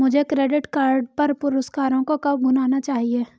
मुझे credit card पर पुरस्कारों को कब भुनाना चाहिए?